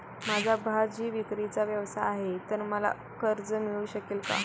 माझा भाजीविक्रीचा व्यवसाय आहे तर मला कर्ज मिळू शकेल का?